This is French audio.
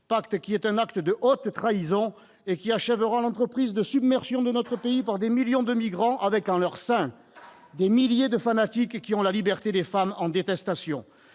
de Marrakech, acte de haute trahison qui achèvera l'entreprise de submersion de notre pays par des millions de migrants, avec, en leur sein, des milliers de fanatiques qui ont la liberté des femmes en détestation.